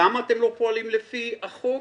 למה אתם לא פועלים לפי החוק?